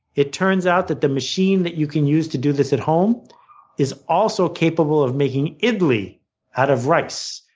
it turns out that the machine that you can use to do this at home is also capable of making idly out of rice,